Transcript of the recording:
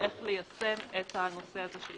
איך ליישם את הנושא הזה.